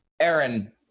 Aaron